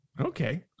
Okay